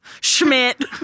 Schmidt